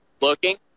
looking